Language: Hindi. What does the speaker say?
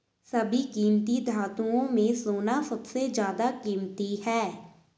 सभी कीमती धातुओं में सोना सबसे ज्यादा कीमती है